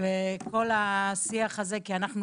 כי אנחנו